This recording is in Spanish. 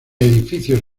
edificios